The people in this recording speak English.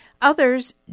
Others